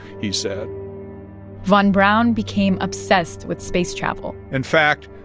he said von braun became obsessed with space travel in fact,